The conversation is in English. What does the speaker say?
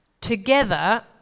together